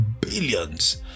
billions